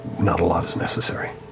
not a lot is necessary.